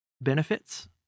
benefits